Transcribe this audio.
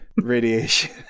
radiation